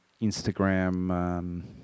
Instagram